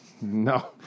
no